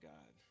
God